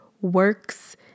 works